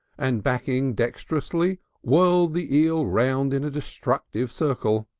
and backing dexterously whirled the eel round in a destructive circle.